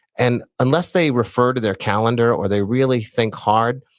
and unless they refer to their calendar or they really think hard,